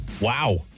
Wow